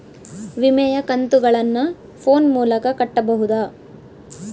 ವಿಮೆಯ ಕಂತುಗಳನ್ನ ಫೋನ್ ಮೂಲಕ ಕಟ್ಟಬಹುದಾ?